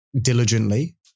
diligently